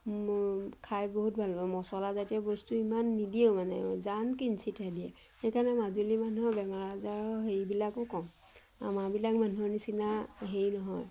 মোৰ খাই বহুত ভাল পাওঁ মছলাজাতীয় বস্তু ইমান নিদিয়েও মানে জান কিনচিতহে দিয়ে সেইকাৰণে মাজুলী মানুহৰ বেমাৰ আজাৰৰ হেৰিবিলাকো কম আমাবিলাক মানুহৰ নিচিনা হেৰি নহয়